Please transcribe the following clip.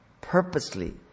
purposely